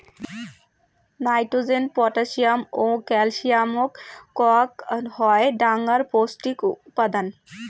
nitrogen, potassium ও ক্যালসিয়ামক কওয়া হই ডাঙর পৌষ্টিক উপাদান